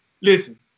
Listen